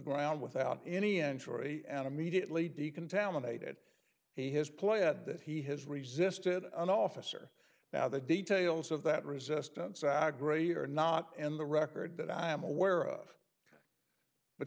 ground without any entry and immediately decontaminated he has pled that he has resisted an officer now the details of that resistance our grade are not in the record that i am aware of but